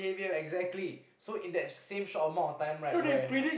exactly so in that same short amount of time right where